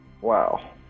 Wow